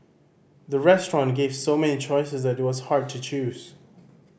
the restaurant gave so many choices that it was hard to choose